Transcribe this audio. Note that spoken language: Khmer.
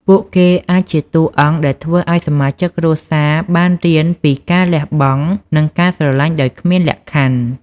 ពួកគេអាចជាតួអង្គដែលធ្វើឲ្យសមាជិកគ្រួសារបានរៀនពីការលះបង់ និងការស្រឡាញ់ដោយគ្មានលក្ខខណ្ឌ។